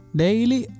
daily